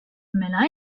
mela